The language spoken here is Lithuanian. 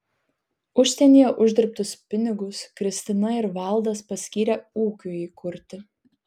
užsienyje uždirbtus pinigus kristina ir valdas paskyrė ūkiui įkurti